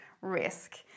risk